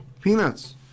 Peanuts